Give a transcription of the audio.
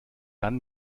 dann